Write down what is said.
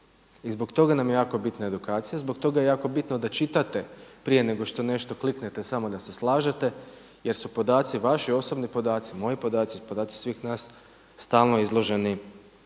I zbog toga nam je jako bitna edukacija, zbog toga je jako bitno da čitate prije nego što nešto kliknete samo da se slažete jer su podaci vaši osobni podaci, moji podaci i podaci svih nas stalno izloženi